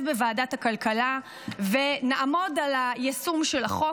בוועדת הכלכלה ונעמוד על היישום של החוק,